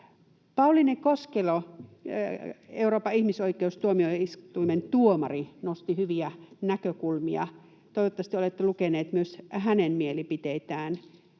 Pauliine Koskelo, Euroopan ihmisoikeustuomioistuimen tuomari, nosti hyviä näkökulmia. Toivottavasti olette lukeneet myös hänen mielipiteitään.